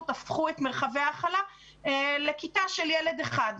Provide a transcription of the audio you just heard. הפכו את מרחבי ההכלה לכיתה של ילד אחד.